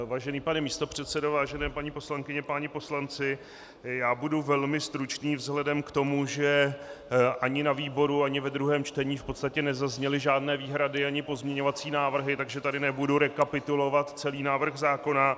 Vážený pane místopředsedo, vážené paní poslankyně, páni poslanci, já budu velmi stručný vzhledem k tomu, že ani na výboru ani ve druhém čtení v podstatě nezazněly žádné výhrady ani pozměňovací návrhy, takže tady nebudu rekapitulovat celý návrh zákona.